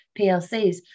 PLCs